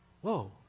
Whoa